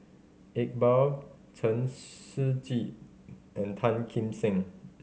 Iqbal Chen Shiji and Tan Kim Seng